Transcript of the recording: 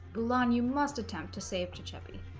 blonde you must attempt to save two cheffy